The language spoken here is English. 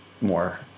more